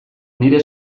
nire